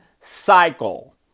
cycle